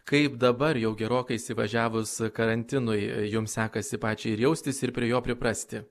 kaip dabar jau gerokai įsivažiavus karantinui jums sekasi pačiai ir jaustis ir prie jo priprasti